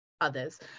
others